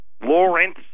Lawrence